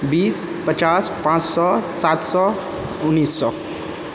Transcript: बीस पचास पाँच सए सात सए उन्नैस सए